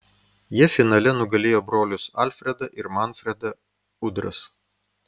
jie finale nugalėjo brolius alfredą ir manfredą udras